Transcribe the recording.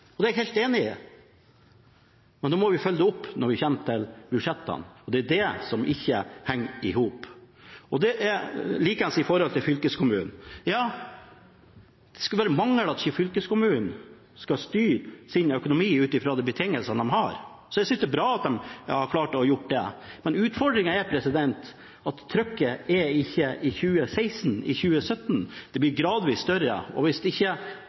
jeg helt enig i, men da må vi følge det opp når vi kommer til budsjettene, og det er det som ikke henger i hop. Det er det samme i forhold til fylkeskommunen. Det skulle bare mangle at ikke fylkeskommunene skal styre sin økonomi ut fra de betingelsene de har, så jeg synes det er bra at de har klart å gjøre det. Utfordringen er at trøkket i 2016 og 2017 blir gradvis større, og hvis ikke